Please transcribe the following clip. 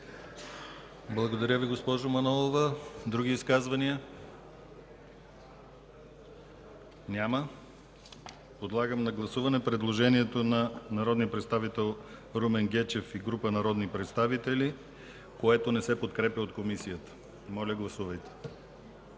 Благодаря Ви, госпожо Манолова. Други изказвания? Няма. Подлагам на гласуване предложението на народния представител Румен Гечев и група народни представители, което не се подкрепя от Комисията. Гласували